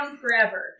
forever